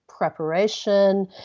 preparation